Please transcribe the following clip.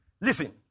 Listen